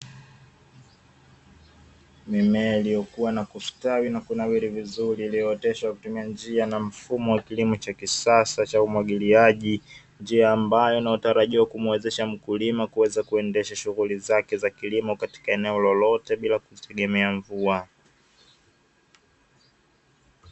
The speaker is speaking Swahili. Mimea iliyokuwa na kustawi na kunawiri vizuri iliooteshwa kwa kutumia njia na mfumo wa kilimo cha kisasa cha unwagiliaji, njia ambayo inayotarajiwa kumuwezesha mkulima kuweza kuendesha shughuli zake za kilimo katika eneo lolote bila kutegemea mvua.